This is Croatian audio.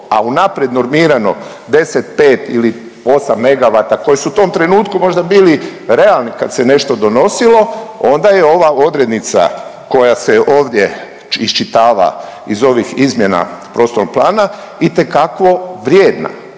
a unaprijed normirano 10, pet ili osam MW koji su u tom trenutku možda bili realni kad se nešto donosilo onda je ova odrednica koja se ovdje iščitava iz ovih izmjena prostornog plana itekako vrijedna.